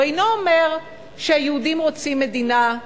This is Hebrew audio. הוא אינו אומר שהיהודים רוצים מדינה,